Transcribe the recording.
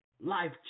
life